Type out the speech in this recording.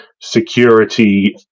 security